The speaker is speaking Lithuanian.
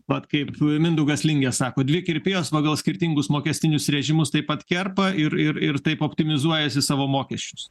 vat kaip mindaugas lingė sako dvi kirpėjos pagal skirtingus mokestinius režimus taip pat kerpa ir ir ir taip optimizuojasi savo mokesčius